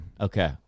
okay